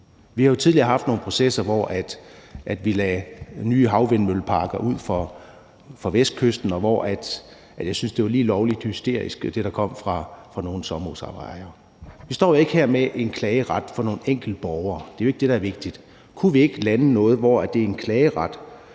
Vi har jo tidligere haft nogle processer, hvor vi lagde nye havvindmølleparker ud for Vestkysten, og hvor jeg syntes, at det, der kom fra nogle sommerhusejere, var lige lovlig hysterisk. Vi står jo ikke her med en klageret for nogle enkeltborgere; det er jo ikke det, der er vigtigt. Kunne vi ikke lande noget, hvor det er en klageret